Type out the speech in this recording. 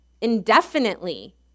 indefinitely